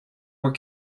were